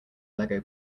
lego